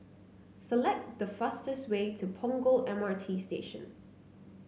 select the fastest way to Punggol M R T Station